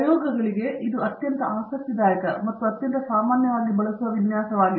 ಪ್ರಯೋಗಗಳಿಗೆ ಇದು ಅತ್ಯಂತ ಆಸಕ್ತಿದಾಯಕ ಮತ್ತು ಅತ್ಯಂತ ಸಾಮಾನ್ಯವಾಗಿ ಬಳಸುವ ವಿನ್ಯಾಸವಾಗಿದೆ